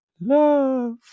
love